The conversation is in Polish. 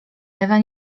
ewa